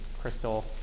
crystal